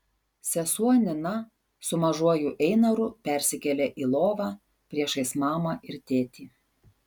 sesuo nina su mažuoju einaru persikėlė į lovą priešais mamą ir tėtį